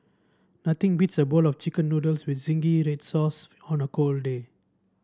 nothing beats a bowl of chicken noodles with zingy red sauce on a cold day